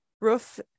roof